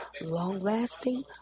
long-lasting